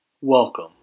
Welcome